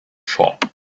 shop